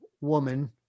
woman